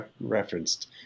referenced